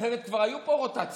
אחרת כבר היו פה רוטציות,